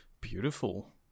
Beautiful